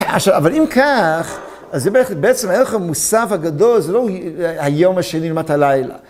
אבל אם כך, אז בעצם הערך המוסף הגדול זה לא היום השני לעומת הלילה.